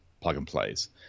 plug-and-plays